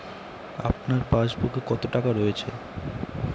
আপনার পাসবুকে কত টাকা রয়েছে?